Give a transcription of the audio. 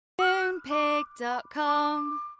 Moonpig.com